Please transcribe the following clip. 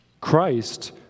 Christ